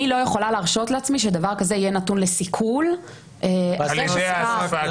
אני לא יכולה להרשות לעצמי שדבר כזה יהיה נתון לסיכול אחרי שכבר,